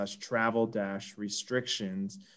travel-restrictions